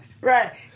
Right